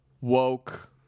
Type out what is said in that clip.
woke